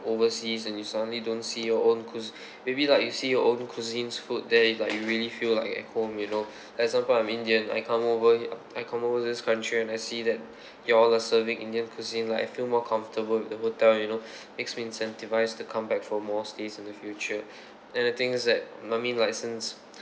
overseas and you suddenly don't see your own cuis~ maybe like you see your own cuisines food there is like you really feel like at home you know example I'm indian I come over here I come over this country and I see that you all are serving indian cuisine like I feel more comfortable with the hotel you know makes me incentivize to come back for more stays in the future and the thing is that I mean like a sense